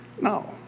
No